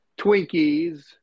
Twinkies